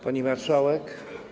Pani Marszałek!